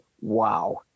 wow